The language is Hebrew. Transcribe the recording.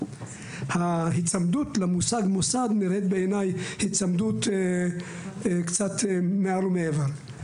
ההיצמדות למוסד מוסד נראית בעיניי היצמדות קצת מעל ומעבר.